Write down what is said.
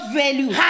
value